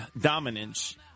dominance